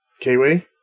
Kiwi